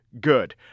Good